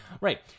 Right